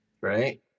right